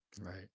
Right